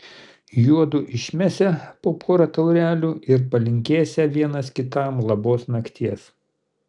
juodu išmesią po porą taurelių ir palinkėsią vienas kitam labos nakties